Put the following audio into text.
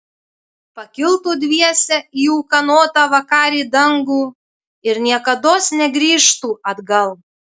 pakiltų dviese į ūkanotą vakarį dangų ir niekados negrįžtų atgal